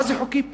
מה זה חוקי פה?